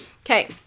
okay